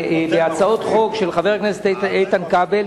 הצעות חוק של חברי הכנסת איתן כבל,